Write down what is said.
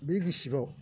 बि गिसिबाव